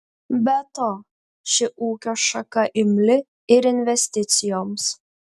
be to ši ūkio šaka imli ir investicijoms